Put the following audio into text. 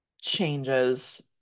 changes